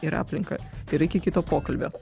ir aplinką ir iki kito pokalbio